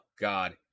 God